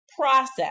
process